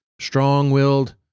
Strong-willed